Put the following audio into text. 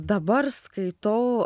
dabar skaitau